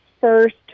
first